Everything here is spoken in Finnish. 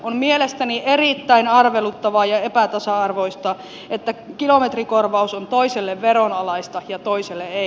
on mielestäni erittäin arveluttavaa ja epätasa arvoista että kilometrikorvaus on toiselle veronalaista ja toiselle ei